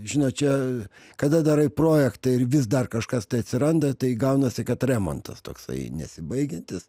žinot čia kada darai projektą ir vis dar kažkas tai atsiranda tai gaunasi kad remontas toksai nesibaigiantis